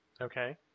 Okay